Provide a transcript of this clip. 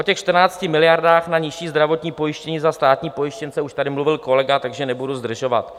O 14 miliardách na nižší zdravotní pojištění za státní pojištěnce už tady mluvil kolega, takže nebudu zdržovat.